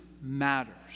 matters